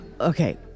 Okay